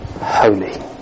holy